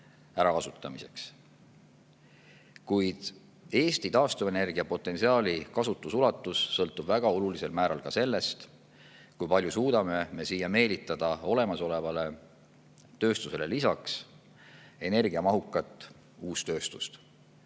ärakasutamiseks. Kuid Eesti taastuvenergia potentsiaali kasutusulatus sõltub väga suurel määral ka sellest, kui palju suudame me siia meelitada olemasolevale tööstusele lisaks energiamahukat uustööstust